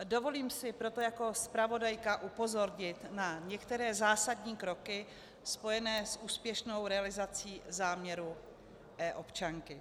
Dovolím si proto jako zpravodajka upozornit na některé zásadní kroky spojené s úspěšnou realizací záměru eobčanky.